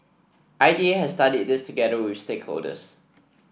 I D A has studied this together with stakeholders